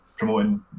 Promoting